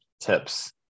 tips